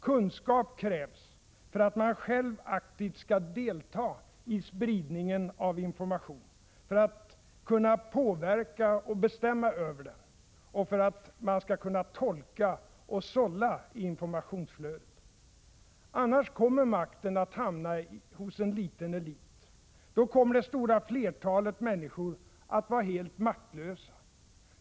Kunskap krävs för att man själv aktivt skall kunna delta i spridningen av information, för att kunna påverka och bestämma över den och för att man skall kunna tolka och sålla i informationsflödet. Annars kommer makten att hamna hos en liten elit. Då kommer det stora flertalet människor att vara helt maktlösa.